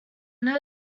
know